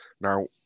Now